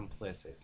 complicit